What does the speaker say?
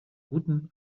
guten